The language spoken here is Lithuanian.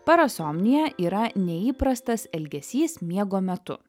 parasomnija yra neįprastas elgesys miego metu